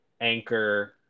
anchor